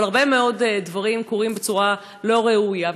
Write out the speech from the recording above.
אבל הרבה מאוד דברים קורים בצורה לא ראויה.